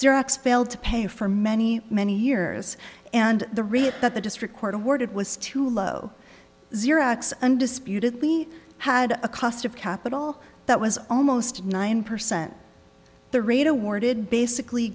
xerox failed to pay for many many years and the rate that the district court awarded was too low xerox undisputedly had a cost of capital that was almost nine percent the rate awarded basically